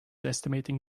estimating